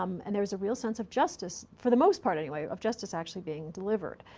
um and there's a real sense of justice, for the most part, anyway, of justice actually being delivered.